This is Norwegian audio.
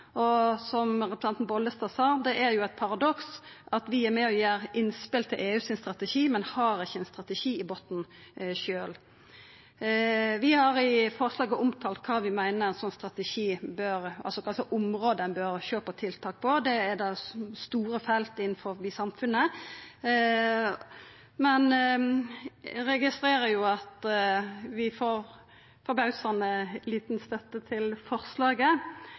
Og som representanten Bollestad sa, er det eit paradoks at vi er med og gir innspel til EUs strategi, men vi har ikkje ein strategi i botnen sjølve. Vi har i forslaget omtalt kva slags område vi meiner ein bør sjå på tiltak for. Det er store felt i samfunnet. Men eg registrerer at vi får forbausande liten støtte til forslaget.